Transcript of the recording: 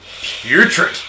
putrid